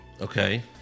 Okay